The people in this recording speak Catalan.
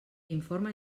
informe